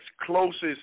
closest